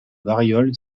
variole